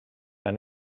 and